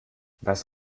was